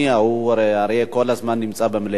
אריה הרי כל הזמן נמצא במליאה.